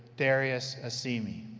darius assemi.